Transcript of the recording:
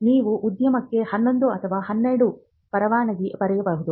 ನೀವು ಉದ್ಯಮಕ್ಕೆ 11 ಅಥವಾ 12 ಪರವಾನಗಿ ಪಡೆಯಬಹುದು